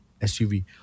SUV